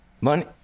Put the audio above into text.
money